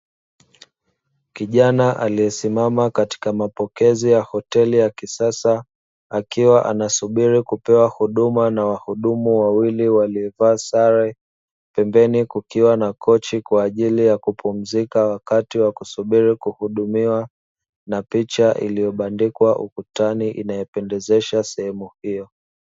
Kijana aliyesimama katika mapokezi ya hoteli ya kisasa akiwa anasubiri kupewa huduma na wahudumu wawili waliovaa sare, pembeni kukiwa na kochi kwa ajili ya kupumzika wakati wa kusubiri kuhudumiwa, na picha iliyobandikwa ukutani inayopendezesha sehemu hiyo.